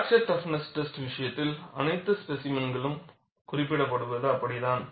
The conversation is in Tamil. பிராக்சர் டஃப்ன்ஸ் டெஸ்ட் விஷயத்தில் அனைத்து ஸ்பேசிமென்கள் குறிப்பிடப்படுவது அப்படித்தான்